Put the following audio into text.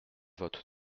vote